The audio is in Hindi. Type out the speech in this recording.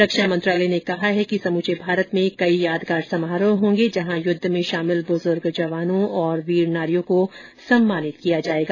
रक्षा मंत्रालय ने कहा है कि समूचे भारत में कई यादगार समारोह होंगे जहां युद्ध में शामिल बुजुर्ग जवानों और वीर नारियों को सम्मानित किया जाएगा